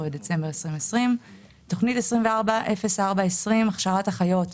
ודצמבר 2020. תוכנית 240420 הכשרת אחיות,